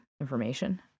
information